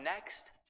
next